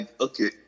okay